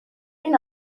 این